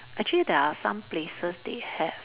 actually there are some places they have